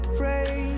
pray